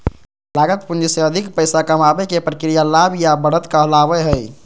लागत पूंजी से अधिक पैसा कमाबे के प्रक्रिया लाभ या बढ़त कहलावय हय